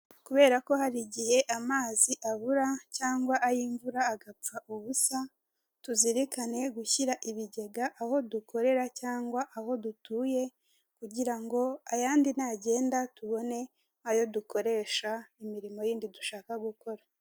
Kubera ko hari igihe amazi abura, cyangwa ay'imvura agapfa ubusa, tuzirikane gushyira ibigega aho dukorera cyangwa aho dutuye, kugira ngo ayandi nagenda tubone ayo dukoresha imirimo yindi dushaka gukora.